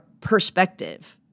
perspective